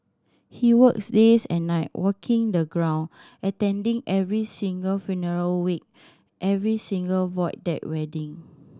he works days and night walking the ground attending every single funeral wake every single Void Deck wedding